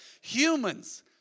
humans